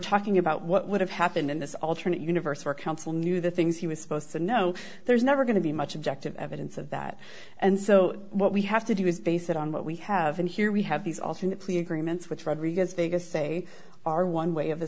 talking about what would have happened in this alternate universe where counsel knew the things he was supposed to know there's never going to be much objective evidence of that and so what we have to do is base it on what we have and here we have these alternate plea agreements which rodriguez biggest say are one way of